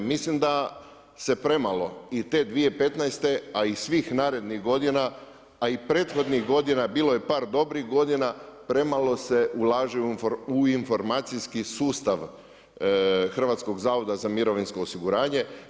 Mislim da se premalo i te 2015. a i svih narednih godina, a i prethodnih godina bilo je par dobrih godina, premalo se ulaže u informacijski sustav Hrvatskog zavoda za mirovinsko osiguranje.